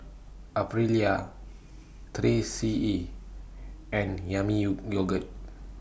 Aprilia three C E and Yami YOU Yogurt